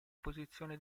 posizione